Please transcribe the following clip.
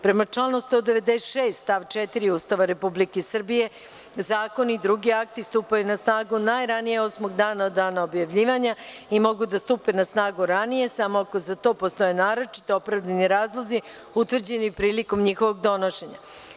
Prema članu 196. stav 4. Ustava Republike Srbije zakoni i drugi akti stupaju na snagu najranije osmog dana od dana objavljivanja i mogu da stupe na snagu ranije samo ako za to postoje naročito opravdani razlozi utvrđeni prilikom njihovog donošenja.